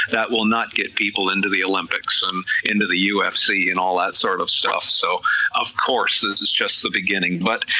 that will not get people into the olympics, and into the ufc and all that sort of stuff, so of course this is just the beginning, but